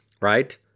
right